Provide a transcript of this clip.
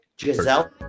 Giselle